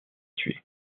tué